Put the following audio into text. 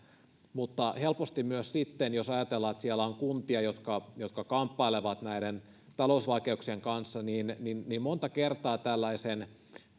mutta helposti myös sitten ajatellaan kun siellä on kuntia jotka jotka kamppailevat näiden talousvaikeuksien kanssa että monta kertaa tällaisen